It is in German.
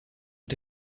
mit